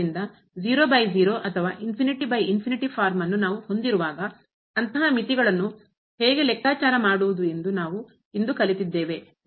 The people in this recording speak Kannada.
ಆದ್ದರಿಂದ ಅಥವಾ ಫಾರ್ಮ್ ಅನ್ನು ನಾವು ಹೊಂದಿರುವಾಗ ಅಂತಹ ಮಿತಿಗಳನ್ನು ಹೇಗೆ ಲೆಕ್ಕಾಚಾರ ಮಾಡುವುದು ಎಂದು ನಾವು ಇಂದು ಕಲಿತಿದ್ದೇವೆ